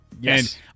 yes